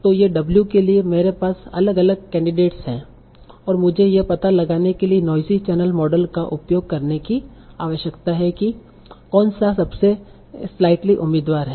तो ये w के लिए मेरे पास अलग अलग कैंडिडेट्स हैं और मुझे यह पता लगाने के लिए नोइज़ी चैनल मॉडल का उपयोग करने की आवश्यकता है कि कौन सा सबसे स्लाइटली उम्मीदवार है